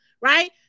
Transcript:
right